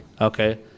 okay